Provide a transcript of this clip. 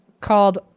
called